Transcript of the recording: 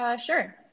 Sure